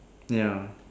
ya